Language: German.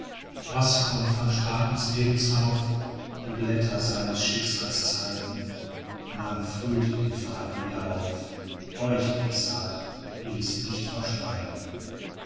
was von van stratens lebenslauf die blätter seines schicksals zeigen nahm früd den faden wieder auf euch edzard will ich's nicht verschweigen